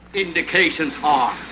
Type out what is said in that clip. indications um